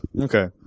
Okay